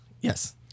Yes